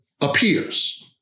appears